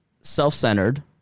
self-centered